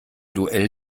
duell